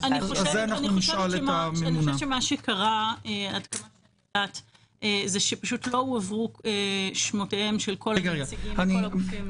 מה שקרה זה שלא הועברו שמותיהם של כל הנציגים מכל הגופים.